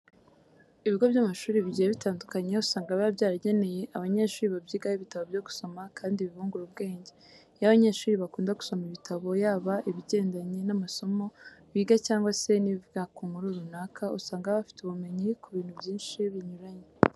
Ibigo by'amashuri bigiye bitandukanye usanga biba byarageneye abanyeshuri babyigaho ibitabo byo gusoma kandi bibungura ubwenge. Iyo abanyeshuri bakunda gusoma ibitabo yaba ibigendanye n'amasomo biga cyangwa se n'ibivuga ku nkuru runaka, usanga baba bafite ubumenyi ku bintu byinshi binyuranye.